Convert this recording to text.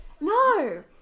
no